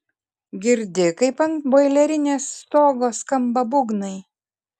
girdi kaip ant boilerinės stogo skamba būgnai